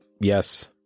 yes